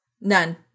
none